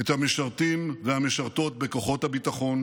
את המשרתים והמשרתות בכוחות הביטחון